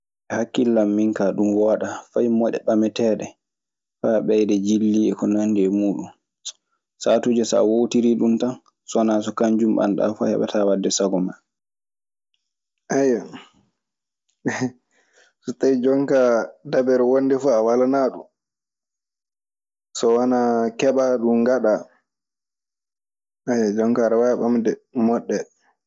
E hakkille an min kaa, ɗun wooɗaa. Fay moɗe ɓameteeɗe faa ɓeyda jilli e ko nandi e muuɗun, saatuuje so a woowtirii ɗun tan so wanaa so kanjun ɓanɗaa fuu a heɓataa waɗde sago maa.